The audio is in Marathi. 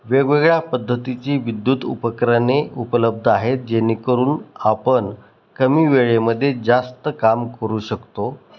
वेगवेगळ्या पद्धतीची विद्युत उपकरणे उपलब्ध आहेत जेणेकरून आपण कमी वेळेमध्ये जास्त काम करू शकतो